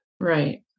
Right